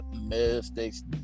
mistakes